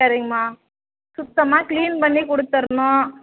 சரிங்கம்மா சுத்தமாக க்ளீன் பண்ணி கொடுத்துர்ணும்